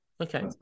Okay